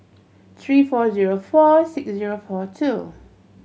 three four zero four six zero four two